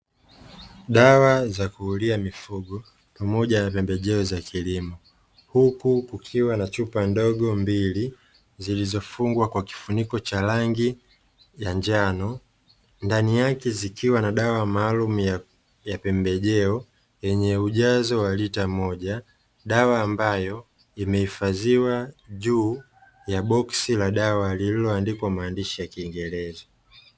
Dawa za kuulia mifugo pamoja na pembejeo za kilimo, huku kukiwa na chupa ndogo mbili zilizofungwa kwa kifuniko cha rangi ya njano, ndani yake zikiwa na dawa maalumu ya pembejeo yenye ujazo wa lita moja, dawa, ambayo imehifadhiwa juu ya boksi la dawa lililoandikwa kwa maandishi ya kiingereza .